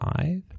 Five